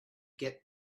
get